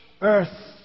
earth